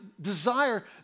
desire